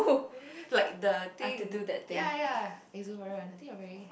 like the thing ya ya exuberant I think you're very